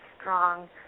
strong